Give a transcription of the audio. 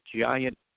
giant